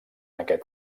aquest